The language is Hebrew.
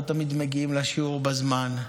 לא תמיד מגיעים לשיעור בזמן.